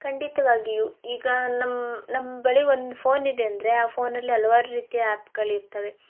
ಖಂಡಿತ್ವಾಗಿಯೂ ಈಗ ನಮ್ಮ ನಮ್ಮ ಬಳಿ ಒಂದು ಫೋನ್ ಇದೆ ಅಂದರೆ ಆ ಫೋನಲ್ಲಿ ಹಲವಾರ್ ರೀತಿಯ ಆ್ಯಪ್ಗಳಿರ್ತವೆ